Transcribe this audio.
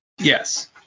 Yes